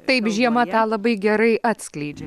taip žiema tą labai gerai atskleidžia